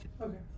Okay